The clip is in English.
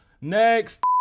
Next